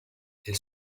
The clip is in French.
elle